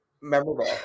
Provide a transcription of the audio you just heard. memorable